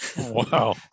Wow